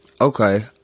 Okay